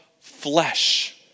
flesh